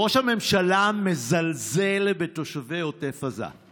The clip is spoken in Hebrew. ראש הממשלה מזלזל בתושבי עוטף עזה,